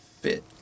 fit